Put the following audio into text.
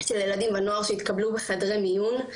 של ילדים ונוער שהתקבלו בחדרי מיון.